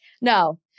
No